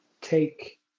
take